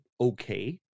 okay